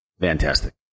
fantastic